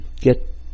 get